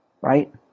right